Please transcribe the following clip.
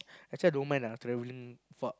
actually I don't mind ah traveling far